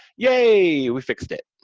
yay, we fixed it.